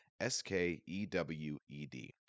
S-K-E-W-E-D